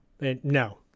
no